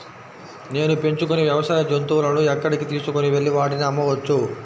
నేను పెంచుకొనే వ్యవసాయ జంతువులను ఎక్కడికి తీసుకొనివెళ్ళి వాటిని అమ్మవచ్చు?